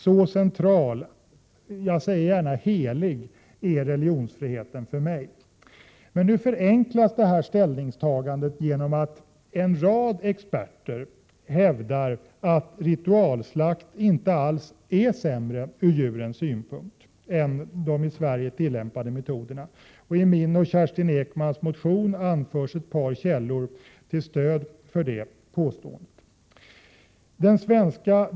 Så central, jag säger gärna helig, är religionsfriheten för mig. Nu förenklas detta ställningstagande genom att en rad experter hävdar att ritualslakt inte alls är sämre ur djurens synpunkt än de i Sverige tillämpade metoderna. I min och Kerstin Ekmans motion anförs ett par källor till stöd för det påståendet.